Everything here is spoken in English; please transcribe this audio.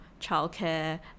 childcare